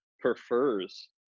prefers